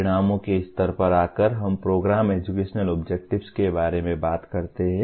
परिणामों के स्तर पर आकर हम प्रोग्राम एजुकेशनल ऑब्जेक्टिव्स के बारे में बात करते हैं